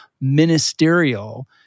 ministerial